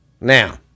Now